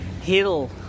Hill